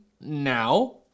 now